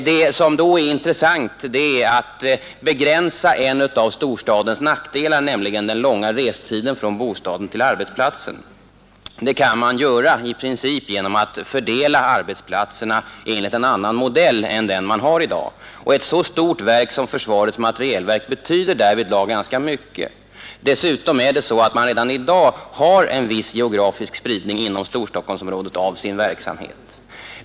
Det är då intressant att begränsa en av storstadens nackdelar, nämligen den långa restiden från bostaden till arbetsplatsen. Det kan man i princip göra genom att fördela arbetsplatserna på ett annat sätt än i dag. Ett så stort verk som försvarets materielverk betyder därvidlag ganska mycket. Dessutom har verket redan i dag en viss geografisk spridning inom Storstockholmsområdet av sin verksamhet.